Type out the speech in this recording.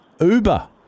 Uber